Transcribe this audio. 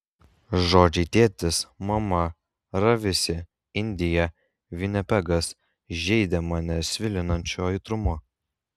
žodžiai tėtis mama ravisi indija vinipegas žeidė mane svilinančiu aitrumu